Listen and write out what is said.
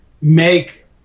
make